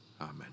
Amen